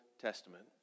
Testament